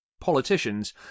Politicians